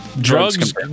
Drugs